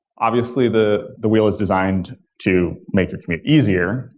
obviously, the the wheel is designed to make your commute easier,